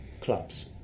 clubs